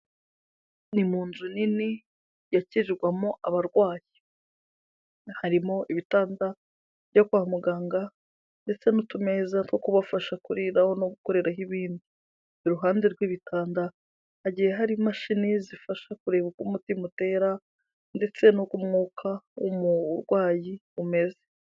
Ni mu nzu nini yakirwamo abarwayi, harimo ibitanda byo kwa muganga ndetse n'utumeza two kubafasha kuriraho no gukoreraho ibindi. Iruhande rw'ibitanda hagiye hari imashini zifasha kureba uko umutima utera ndetse n’uko umwuka w'umurwayi umeze.